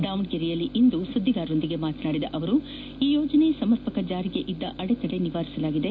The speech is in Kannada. ದಾವಣಗೆರೆಯಲ್ಲಿಂದು ಸುದ್ಗಿಗಾರರೊಂದಿಗೆ ಮಾತನಾಡಿದ ಅವರು ಈ ಯೋಜನೆ ಸಮರ್ಪಕ ಜಾರಿಗೆ ಇದ್ದ ಅಡೆತಡೆಗಳನ್ನು ನಿವಾರಿಸಲಾಗಿದೆ